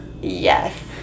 Yes